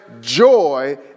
joy